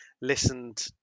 listened